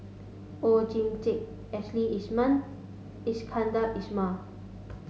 Oon Jin Teik Ashley Isham Iskandar Ismail